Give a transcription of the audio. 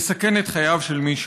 לסכן את חייו של מישהו?